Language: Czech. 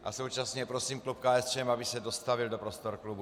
A současně prosím klub KSČM, aby se dostavil do prostor klubu.